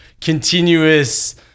continuous